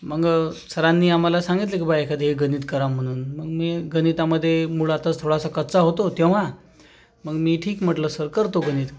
मग सरांनी आम्हाला सांगितलं का बा एखादे एक गणित करा म्हणून मग मी गणितामध्ये मुळातच थोडासा कच्चा होतो तेव्हा मग मी ठीक म्हटलं सर करतो गणित